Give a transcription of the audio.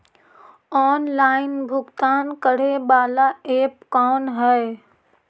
Online भुगतान करे बाला ऐप कौन है?